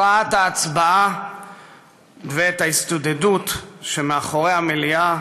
את הכרעת ההצבעה ואת ההסתודדות שמאחורי המליאה,